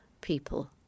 people